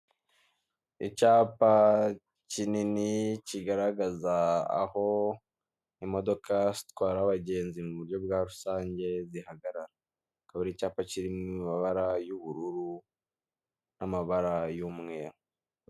Icyapa kinini kigaragaza aho imodoka zitwara abagenzi mu buryo bwa rusange zihagarara. Akaba ari icyapa kiri mu mabara y'ubururu n'amabara y'umweru.